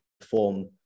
perform